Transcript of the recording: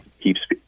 keeps